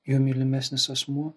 juo mylimesnis asmuo